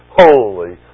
holy